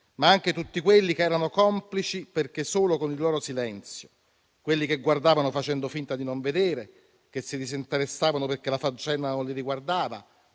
ma anche tutti quelli che erano complici anche solo con il loro silenzio, quelli che guardavano facendo finta di non vedere, che si disinteressavano perché la faccenda non li riguardava,